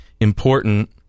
important